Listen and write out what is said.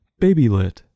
Babylit